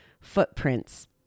Footprints